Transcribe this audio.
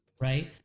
Right